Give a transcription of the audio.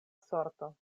sorto